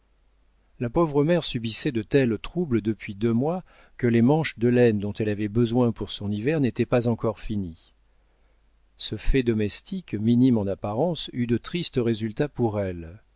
la pauvre mère subissait de tels troubles depuis deux mois que les manches de laine dont elle avait besoin pour son hiver n'étaient pas encore finies ce fait domestique minime en apparence eut de tristes résultats pour elle